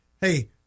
Hey